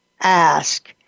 ask